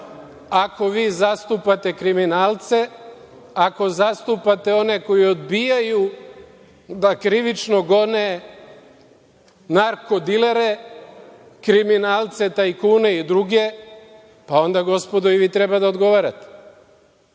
ako vi zastupate kriminalce, ako zastupate one koji odbijaju da krivično gone narko dilere, kriminalce, tajkune i druge, pa onda, gospodo, i vi treba da odgovarate.